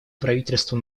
правительству